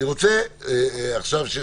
אני רוצה עכשיו שנעשה